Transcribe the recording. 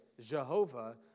Jehovah